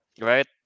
right